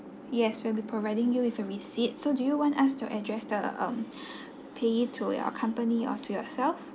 yes will be providing you with a receipt so do you want us to address the um pay to your company or to yourself